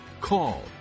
Call